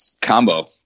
combo